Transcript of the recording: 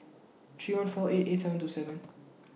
three one four eight eight seven two seven